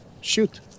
Shoot